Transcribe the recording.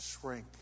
shrink